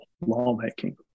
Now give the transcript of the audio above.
lawmaking